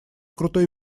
крутой